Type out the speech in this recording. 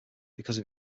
because